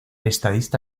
estadista